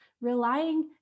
Relying